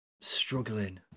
struggling